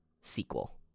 sequel